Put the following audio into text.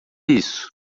isso